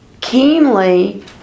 keenly